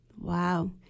Wow